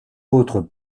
autres